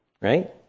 right